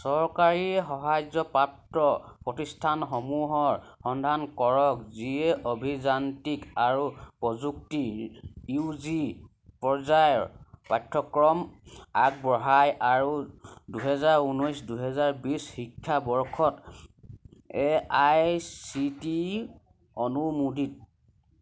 চৰকাৰী সাহায্যপ্ৰাপ্ত প্ৰতিষ্ঠানসমূহৰ সন্ধান কৰক যিয়ে অভিযান্ত্ৰিক আৰু প্ৰযুক্তিৰ ইউ জি পৰ্যায়ৰ পাঠ্যক্ৰম আগবঢ়ায় আৰু দুহেজাৰ ঊনৈছ দুহেজাৰ বিছ শিক্ষাবৰ্ষত A I C T E অনুমোদিত